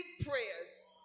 prayers